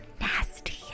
nasty